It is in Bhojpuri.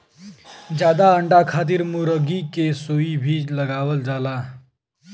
जादा अंडा खातिर मुरगी के सुई भी लगावल जाला